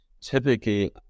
typically